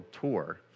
tour